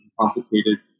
complicated